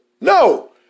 No